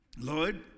Lord